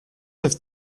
have